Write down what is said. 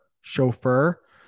chauffeur